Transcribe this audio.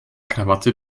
krawatte